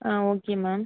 ah okay ma'am